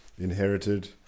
inherited